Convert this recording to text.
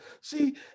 See